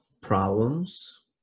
problems